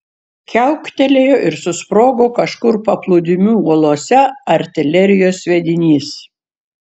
kiauktelėjo ir susprogo kažkur paplūdimių uolose artilerijos sviedinys